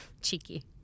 Cheeky